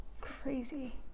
Crazy